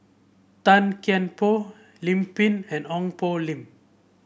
Tan Kian Por Lim Pin and Ong Poh Lim